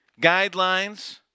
guidelines